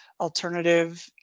Alternative